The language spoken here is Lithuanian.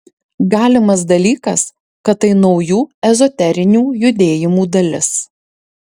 galimas dalykas kad tai naujų ezoterinių judėjimų dalis